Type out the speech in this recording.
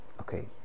Okay